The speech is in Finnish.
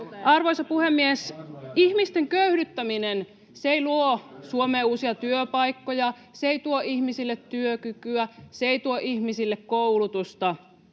Arvoisa puhemies! Ihmisten köyhdyttäminen ei luo Suomeen uusia työpaikkoja, se ei tuo ihmisille työkykyä, se ei tuo ihmisille koulutusta.